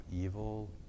evil